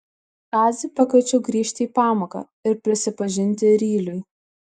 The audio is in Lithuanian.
kazį pakviečiau grįžti į pamoką ir prisipažinti ryliui